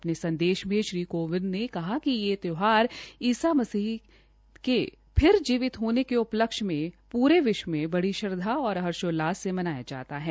अपने संदेश में श्री कोविंद ने कहा कि यह त्यौहार ईसा मसीह के फिर जीवित होने के उपलक्ष्य में पूरे विश्व में बड़ी श्रद्वा और उल्लास से मनाया जाता है